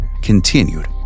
continued